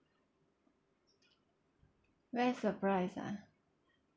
best surprise ah